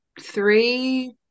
three